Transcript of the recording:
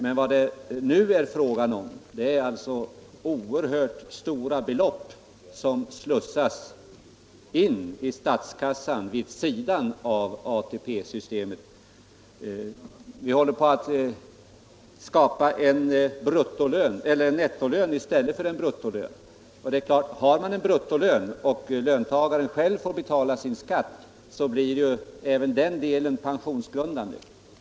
Men vad det nu är fråga om är att oerhört stora belopp slussas in i statskassan vid sidan om ATP-systemet. Vi håller på att skapa en nettolön i stället för en bruttolön. Om man har bruttolön och själv får betala skatt på den, blir naturligtvis även den del som går åt till skatt pensionsgrundande.